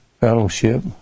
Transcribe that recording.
Fellowship